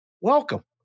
Welcome